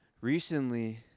recently